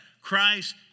Christ